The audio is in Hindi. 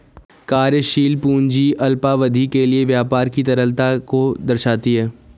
कार्यशील पूंजी अल्पावधि के लिए व्यापार की तरलता को दर्शाती है